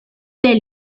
del